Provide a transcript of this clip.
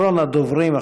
אחרון הדוברים,